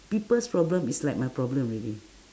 people's problem is like my problem already